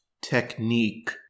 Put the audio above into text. technique